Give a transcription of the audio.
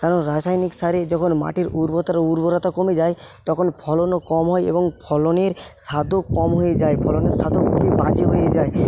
কারণ রাসায়নিক সারে যখন মাটির উরব উর্বরতা কমে যায় তখন ফলনও কম হয় এবং ফলনের স্বাদও কম হয়ে যায় ফলনের স্বাদও খুবই বাজে হয়ে যায়